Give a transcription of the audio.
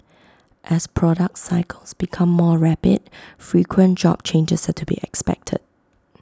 as product cycles become more rapid frequent job changes are to be expected